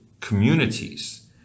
communities